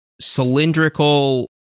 cylindrical